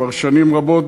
וכבר שנים רבות,